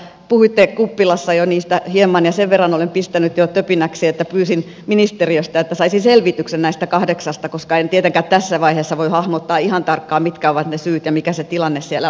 puhuitte kuppilassa jo niistä hieman ja sen verran olen pistänyt jo töpinäksi että pyysin ministeriöstä että saisin selvityksen näistä kahdeksasta koska en tietenkään tässä vaiheessa voi hahmottaa ihan tarkkaan mitkä ovat ne syyt ja mikä se tilanne siellä on